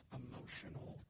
emotional